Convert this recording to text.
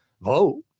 vote